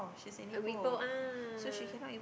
uh before ah